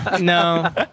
No